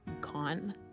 gone